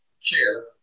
chair